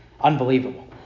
Unbelievable